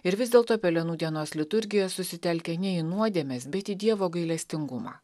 ir vis dėlto pelenų dienos liturgija susitelkia ne į nuodėmes bet į dievo gailestingumą